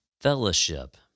fellowship